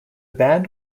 band